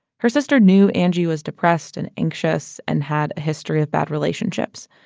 her sister knew angie was depressed and anxious and had a history of bad relationships.